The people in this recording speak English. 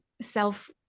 self